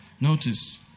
Notice